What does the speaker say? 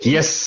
Yes